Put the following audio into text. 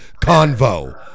convo